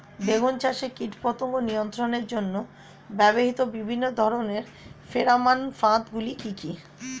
বেগুন চাষে কীটপতঙ্গ নিয়ন্ত্রণের জন্য ব্যবহৃত বিভিন্ন ধরনের ফেরোমান ফাঁদ গুলি কি কি?